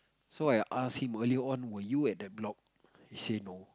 so I ask him earlier on were you at the block he say no